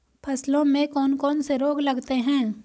फसलों में कौन कौन से रोग लगते हैं?